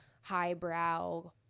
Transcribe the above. highbrow